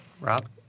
Rob